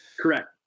Correct